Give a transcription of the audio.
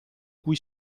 cui